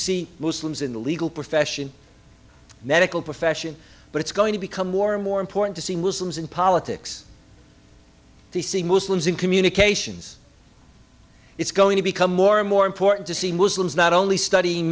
see muslims in the legal profession medical profession but it's going to become more and more important to see muslims in politics to see muslims in communications it's going to become more and more important to see muslims not only study